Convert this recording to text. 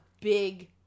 big